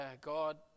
God